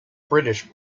british